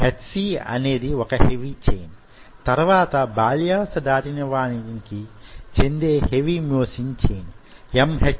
HC అనేది మొదట వొక హెవీ ఛైన్ తరువాత బాల్యావస్థ దాటిన వానికి చెందే హెవీ మ్యోసిన్ ఛైన్